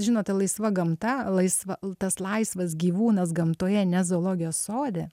žinote laisva gamta laisva tas laisvas gyvūnas gamtoje ne zoologijos sode